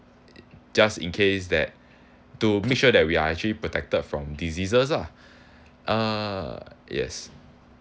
just in case that to make sure that we are actually protected from diseases lah uh yes